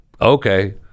okay